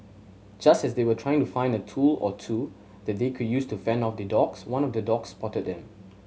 just as they were trying to find a tool or two that they could use to fend off the dogs one of the dogs spotted them